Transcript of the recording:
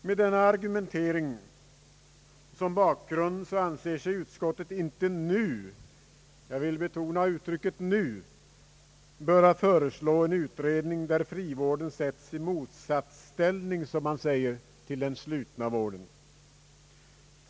Med denna argumentering som bakgrund anser sig utskottet inte nu — jag vill betona nu — böra föreslå en utredning där frivården sätts i motsatsställning till den slutna vården.